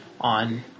on